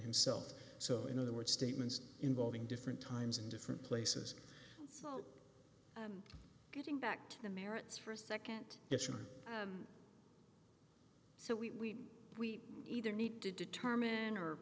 himself so in other words statements involving different times in different places so getting back to the merits for a nd or so we we either need to determine or